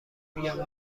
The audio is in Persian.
میگم